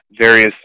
various